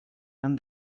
and